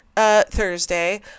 Thursday